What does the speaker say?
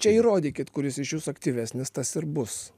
čia įrodykit kuris iš jūsų aktyvesnis tas ir bus